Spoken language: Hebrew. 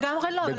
לא, לגמרי לא.